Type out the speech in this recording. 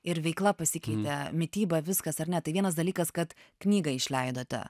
ir veikla pasikeitė mityba viskas ar ne tai vienas dalykas kad knygą išleidote